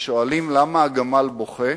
ושואלים: למה הגמל בוכה?